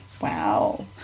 Wow